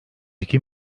iki